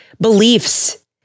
beliefs